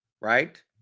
Right